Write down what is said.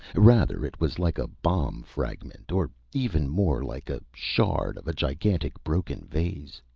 rather, it was like a bomb-fragment or even more like a shard of a gigantic broken vase.